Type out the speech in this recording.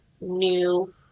new